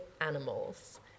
animals